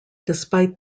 despite